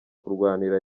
kurwanira